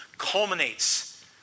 culminates